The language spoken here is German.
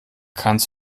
kannst